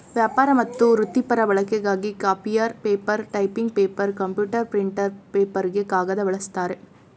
ವ್ಯಾಪಾರ ಮತ್ತು ವೃತ್ತಿಪರ ಬಳಕೆಗಾಗಿ copier paper typing paper computer printer ಪೇಪರ್ಗೆ ಕಾಗದ ಬಳಸ್ತಾರೆ